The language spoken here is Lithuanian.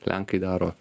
lenkai daro